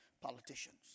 politicians